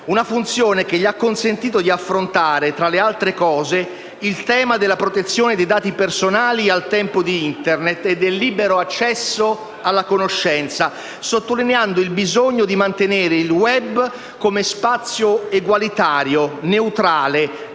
Tale funzione gli ha consentito di affrontare - tra le altre cose - il tema della protezione dei dati personali al tempo di Internet e del libero accesso alla conoscenza, sottolineando il bisogno di mantenere il *web* come spazio egualitario, neutrale,